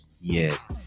yes